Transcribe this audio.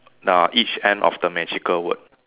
uh each end of the magical word